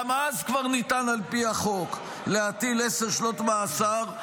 גם אז כבר ניתן על פי החוק להטיל עשר שנות מאסר,